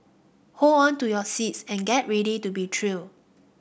hold on to your seats and get ready to be thrilled